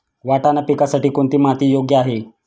वाटाणा पिकासाठी कोणती माती योग्य आहे?